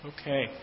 Okay